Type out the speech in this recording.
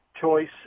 choice